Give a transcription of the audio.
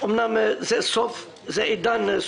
אמנם זה סוף תדמור,